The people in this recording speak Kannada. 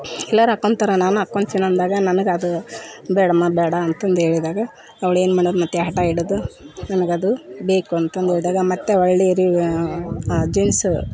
ಎಲ್ಲರೂ ಹಾಕ್ಕೊಂತರ ನಾನೂ ಹಾಕ್ಕೊಂತಿನ್ ಅಂದಾಗ ನನಗೆ ಅದು ಬೇಡಮ್ಮ ಬೇಡ ಅಂತಂದು ಹೇಳಿದಾಗ ಅವ್ಳು ಏನು ಮಾಡೋದು ಮತ್ತೆ ಹಠ ಹಿಡಿದು ನನಗೆ ಅದು ಬೇಕು ಅಂತಂದು ಹೇಳ್ದಾಗ ಮತ್ತೆ ಹೊಳ್ಳಿ ರೀ ಆ ಜೀನ್ಸು